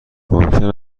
ممکن